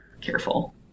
careful